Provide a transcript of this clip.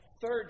Third